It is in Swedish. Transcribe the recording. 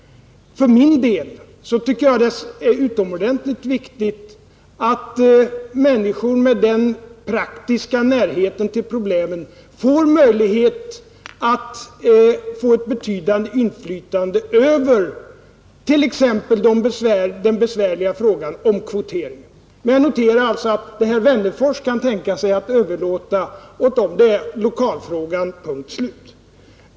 För min del tycker jag att det är utomordentligt viktigt att människor med den praktiska närheten till problemen får ett betydande inflytande över t.ex. den besvärliga frågan om kvoteringen. Men jag noterar alltså att vad herr Wennerfors kan tänka sig att överlåta åt dem är lokalfrågan — punkt och slut.